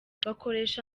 bakoresha